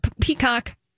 Peacock